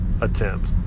attempt